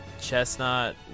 chestnut